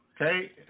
Okay